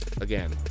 Again